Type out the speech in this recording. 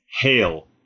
Hail